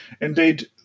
Indeed